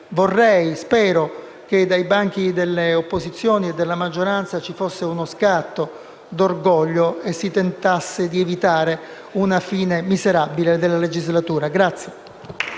che accada, che dai banchi dell'opposizione e della maggioranza ci fosse uno scatto d'orgoglio e si tentasse di evitare una fine miserabile della legislatura.